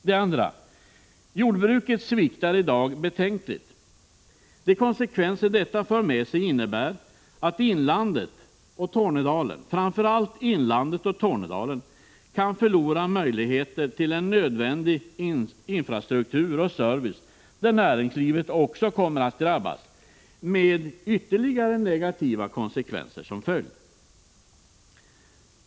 Det andra är att jordbruket i dag sviktar betänkligt. De konsekvenser detta för med sig innebär att framför allt inlandet och Tornedalen kan förlora möjligheter till en nödvändig infrastruktur och service. Näringslivet kommer också att drabbas, med ytterligare negativa konsekvenser som följd.